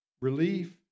Relief